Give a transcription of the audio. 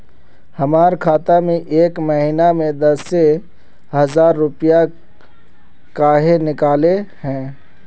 हमर खाता में एक महीना में दसे हजार रुपया काहे निकले है?